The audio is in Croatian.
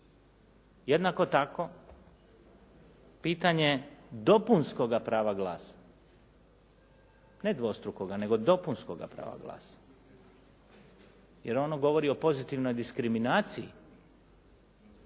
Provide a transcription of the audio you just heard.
Jednako tako pitanje dopunskoga prava glasa, ne dvostrukoga nego dopunskoga prava glasa jer ono govori o pozitivnoj diskriminaciji,